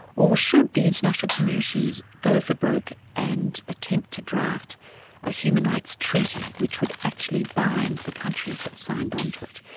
or should the international community go for broke and attempt to draft a human rights treaty, which would actually bind the countries that signed on to it.